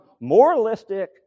moralistic